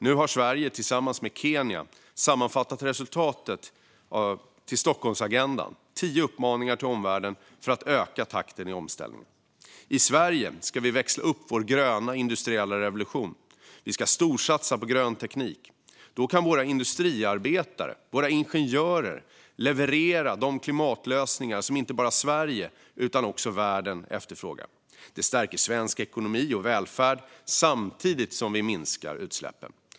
Nu har Sverige tillsammans med Kenya sammanfattat resultatet i Stockholmsagendan - tio uppmaningar till omvärlden för att öka takten i omställningen. I Sverige ska vi växla upp vår gröna industriella revolution och storsatsa på grön teknik. Då kan våra industriarbetare och ingenjörer leverera de klimatlösningar som inte bara Sverige utan också världen efterfrågar. Det stärker svensk ekonomi och välfärd samtidigt som vi minskar utsläppen.